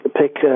pick